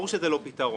ברור שזה לא פתרון,